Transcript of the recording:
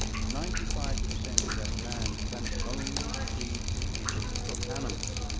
ninety-five percent of that land can only feed people from animals.